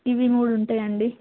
ఇవి మూడు ఉంటాయండి